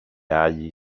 άλλη